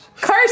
Cursed